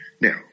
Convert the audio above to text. Now